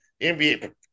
NBA